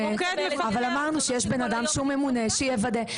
אבל אמרנו שיש בן אדם שהוא ממונה שהוא יוודא.